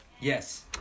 Yes